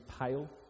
pale